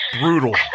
brutal